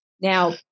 Now